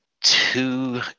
two